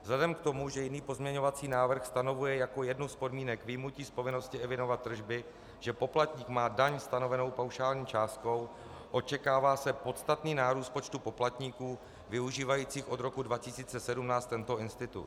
Vzhledem k tomu, že jiný pozměňovací návrh stanovuje jako jednu z podmínek vyjmutí z povinnosti evidovat tržby, že poplatník má daň stanovenou paušální částkou, očekává se podstatný nárůst počtu poplatníků využívajících od roku 2017 tento institut.